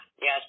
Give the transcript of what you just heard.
Yes